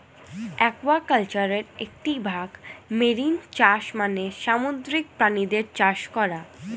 অ্যাকুয়াকালচারের একটি ভাগ মেরিন চাষ মানে সামুদ্রিক প্রাণীদের চাষ করা